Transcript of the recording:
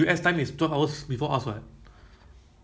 low low what low traffic eh